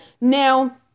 Now